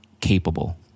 capable